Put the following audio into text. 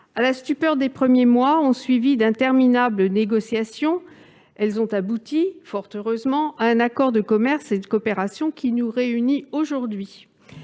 La stupeur des premiers mois a été suivie par d'interminables négociations. Elles ont abouti, fort heureusement, à un accord de commerce et de coopération qui nous réunit aujourd'hui.